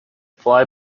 fly